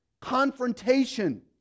Confrontation